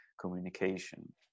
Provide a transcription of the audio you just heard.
communication